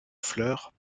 fleurs